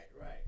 right